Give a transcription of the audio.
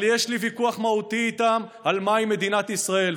אבל יש לי ויכוח מהותי איתם על מהי מדינת ישראל,